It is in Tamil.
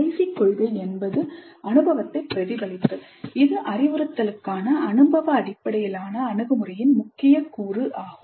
கடைசி கொள்கை என்பது அனுபவத்தை பிரதிபலித்தல் இது அறிவுறுத்தலுக்கான அனுபவ அடிப்படையிலான அணுகுமுறையின் முக்கிய கூறு ஆகும்